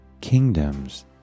kingdoms